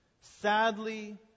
Sadly